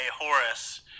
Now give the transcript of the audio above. Horace